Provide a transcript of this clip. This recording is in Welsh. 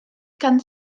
gan